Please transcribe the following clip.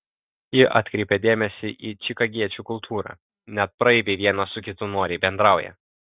ji atkreipė dėmesį į čikagiečių kultūrą net praeiviai vienas su kitu noriai bendrauja